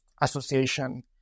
association